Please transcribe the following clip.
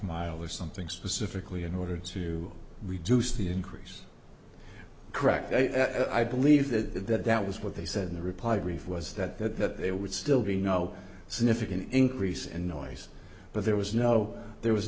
mile or something specifically in order to reduce the increase correct i believe that that that was what they said in the reply brief was that there would still be no significant increase in noise but there was no there was